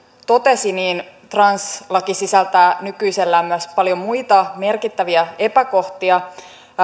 totesi translaki sisältää nykyisellään myös paljon muita merkittäviä epäkohtia